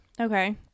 Okay